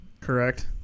Correct